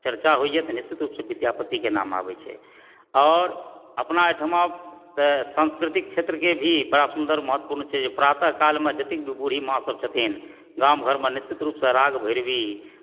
चर्चा होइए तऽ निश्चित रूपसंँ विद्यापतिके नाम आबैत छै आओर अपना एहिठमा संस्कृतिक क्षेत्रके भी बड़ा सुन्दर महत्वपूर्ण छै जे प्रातः कालमे जतेक भी बूढ़ी माँ सब छथिन गाम घरमे निश्चित रूपमे राग भैरवी